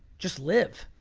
just live.